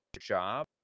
job